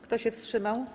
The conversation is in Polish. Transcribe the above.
Kto się wstrzymał?